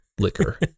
liquor